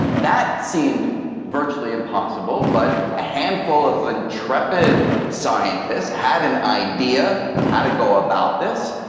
that seemed virtually impossible, but a handful of intrepid scientists had an idea of how to go about this,